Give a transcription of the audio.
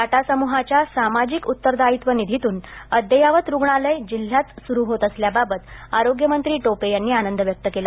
टाटा समुहाच्या सामाजिक उत्तरदायित्व निधीतून अद्ययावत रूग्णालय जिल्ह्यात सुरू होत असल्याबाबत आरोग्यमंत्री टोपे यांनी आनंद व्यक्त केला